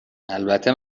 البته